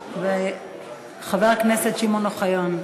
חבר הכנסת שמעון אוחיון,